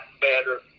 better